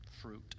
fruit